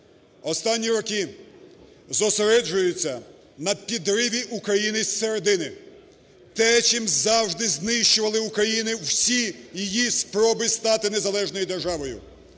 останні роки зосереджується на підриві України зсередини, те, чим завжди знищували Україну, всі її спроби стати незалежною державою,